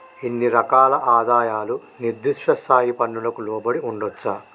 ఇన్ని రకాల ఆదాయాలు నిర్దిష్ట స్థాయి పన్నులకు లోబడి ఉండొచ్చా